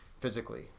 physically